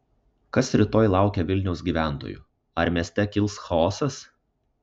kas rytoj laukia vilnius gyventojų ar mieste kils chaosas